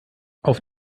auf